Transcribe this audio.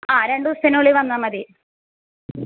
ആ രണ്ട് ദിവസത്തിനുള്ളിൽ വന്നാൽ മതി